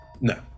no